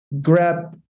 grab